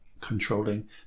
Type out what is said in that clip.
controlling